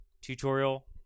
tutorial